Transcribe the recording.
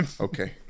Okay